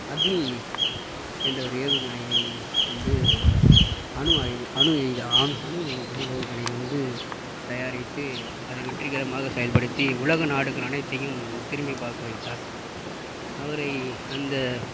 அக்னி என்ற ஒரு ஏவுகணையை வந்து அணு ஆயுத அணு அணு ஏவுகணையை வந்து தயாரித்து அதை வெற்றிகரமாக செயல்படுத்தி உலக நாடுகள் அனைத்தையும் திரும்பி பார்க்க வைத்தார் அவரை அந்த